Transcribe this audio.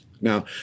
Now